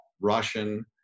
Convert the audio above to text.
Russian